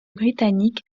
britannique